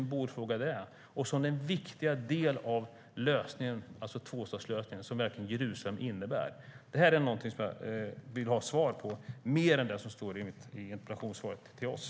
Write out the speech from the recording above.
Hur gör vi Jerusalem till den viktiga del av tvåstatslösningen som den är? Detta vill jag ha mer svar på än det som står i interpellationssvaret till oss.